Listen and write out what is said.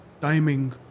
timing